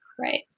Right